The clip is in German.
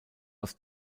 aus